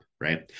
Right